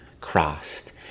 crossed